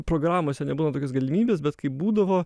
programose nebūna tokios galimybės bet kai būdavo